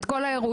את כל האירועים,